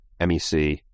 MEC